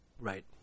Right